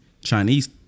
Chinese